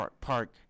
Park